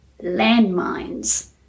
landmines